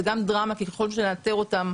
זו גם דרמה ככל שנאתר אותם,